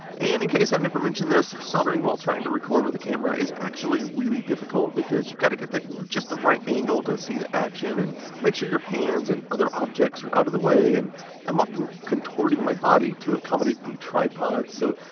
and, in case i've never mentioned this, soldering while trying to record it with a camera is actually really difficult because you've got to get just the right angle to see the action, and make sure your hands and other objects are out of the way. and i'm often contorting my body to accommodate the tripod. so,